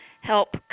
help